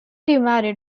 remarried